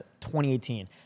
2018